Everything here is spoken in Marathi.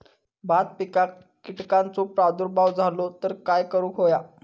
भात पिकांक कीटकांचो प्रादुर्भाव झालो तर काय करूक होया?